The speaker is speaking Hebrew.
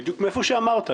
בדיוק מאיפה שאמרת.